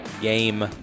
game